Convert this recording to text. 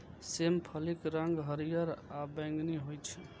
सेम फलीक रंग हरियर आ बैंगनी होइ छै